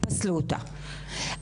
פסלו אותה.